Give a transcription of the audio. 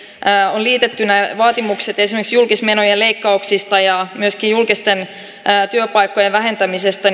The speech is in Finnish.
on liitetty nämä vaatimukset esimerkiksi julkismenojen leikkauksista ja myöskin julkisten työpaikkojen vähentämisestä